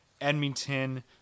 Edmonton